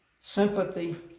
Sympathy